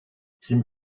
kim